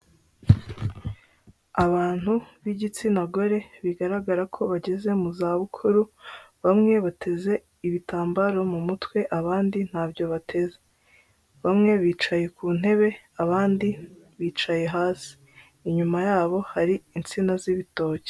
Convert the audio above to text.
Abantu b'igitsina gore bigaragara ko bageze mu zabukuru bamwe bateze ibitambaro mu mutwe abandi ntabyo bateze, bamwe bicaye ku ntebe abandi bicaye hasi, inyuma yabo hari insina z'ibitoki.